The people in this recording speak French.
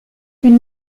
une